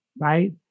right